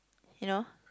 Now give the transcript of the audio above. you know